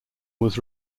was